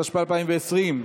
התשפ"א 2020,